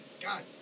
God